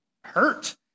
hurt